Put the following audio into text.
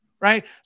right